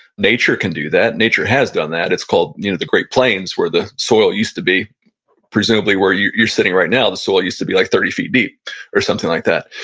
nature can do that. nature has done that. it's called you know the great plains, where the soil used to be presumably where you're you're sitting right now. the soil used to be like thirty feet deep or something like that.